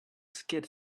skid